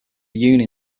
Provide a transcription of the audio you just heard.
reunions